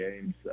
games